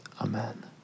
Amen